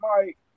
Mike